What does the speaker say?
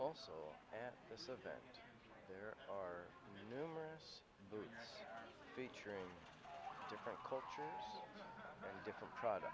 severe there are numerous featuring different cultures different products